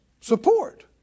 support